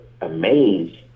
amazed